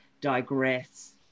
digress